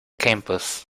campus